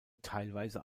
teilweise